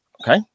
okay